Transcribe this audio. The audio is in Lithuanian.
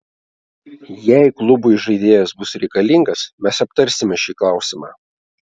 jei klubui žaidėjas bus reikalingas mes aptarsime šį klausimą